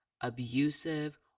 abusive